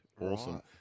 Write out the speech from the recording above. awesome